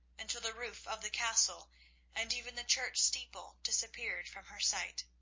until the roof of the castle and even the church steeple disappeared from her sight.